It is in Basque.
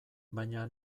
baina